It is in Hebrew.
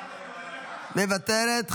מוותרת,